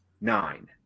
nine